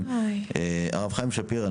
הרב חיים שפירא,